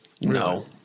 No